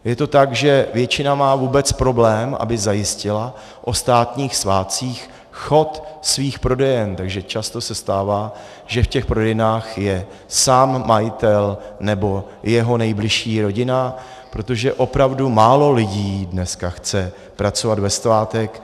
Je to tak, že většina má vůbec problém, aby zajistila o státních svátcích chod svých prodejen, takže se často stává, že v těch prodejnách je sám majitel nebo jeho nejbližší rodina, protože opravdu málo lidí dneska chce pracovat ve svátek.